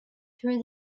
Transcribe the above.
through